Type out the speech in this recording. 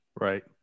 Right